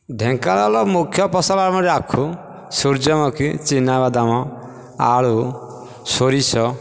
ଢେଙ୍କାନାଳର ମୁଖ୍ୟ ଫସଲ ଆମର ଆଖୁ ସୂର୍ଯ୍ୟମୁଖୀ ଚିନାବାଦାମ ଆଳୁ ସୋରିଷ